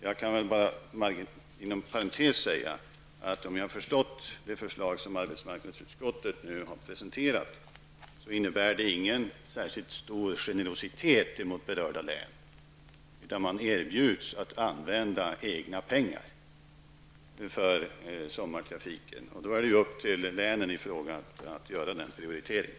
Jag kan inom parentes säga att om jag har förstått arbetsmarknadsutskottets förslag rätt innebär det ingen särskilt stor generositet mot berörda län. De erbjuds att använda egna pengar för sommartrafiken. Då är det upp till länen i fråga att göra den prioriteringen.